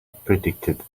predicted